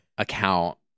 Account